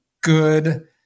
good